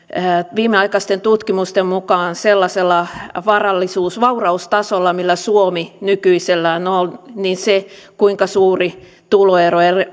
viimeaikaisten tutkimusten mukaan sellaisella vauraustasolla millä suomi nykyisellään on se kuinka suuria tuloeroja